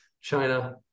China